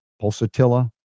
pulsatilla